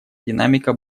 динамика